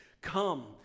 Come